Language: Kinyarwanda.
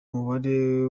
umubare